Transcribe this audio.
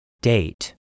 Date